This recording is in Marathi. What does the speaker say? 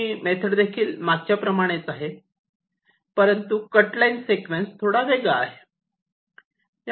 हि मेथड देखील मागच्या प्रमाणेच आहे परंतु कट लाईन सिक्वेन्स थोडासा वेगळा आहे